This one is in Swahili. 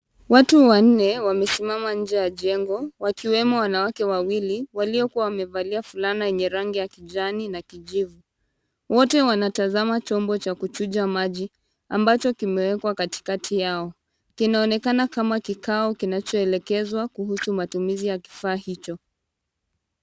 Watu wanane wamesimama nje ya jengo, wakiwemo wanawake wawili walio kuwa wamevalia fulana ya kijani na kijivu , wote wanatazama chombo cha kuchuja maji ambacho katikati yao, kinaonekana kama kikao kinachoelekezwa kuhusu matumizi ya kifaa hicho.